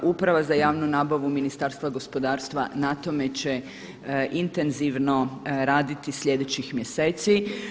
Uprava za javnu nabavu Ministarstva gospodarstva na tome će intenzivno raditi sljedećih mjeseci.